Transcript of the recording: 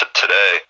today